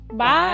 Bye